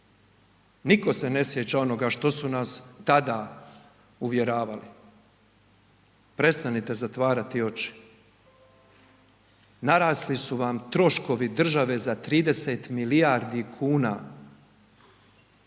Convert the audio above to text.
Niko se ne sjeća onoga što su nas tada uvjeravali. Prestanite zatvarati oči. Narasli su vam troškovi države za 30 milijardi kuna,